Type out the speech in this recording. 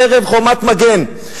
ערב "חומת מגן".